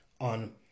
on